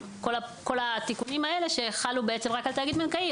כל התיקונים האלה שחלו בעצם רק על תאגיד בנקאי,